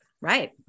Right